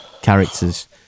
characters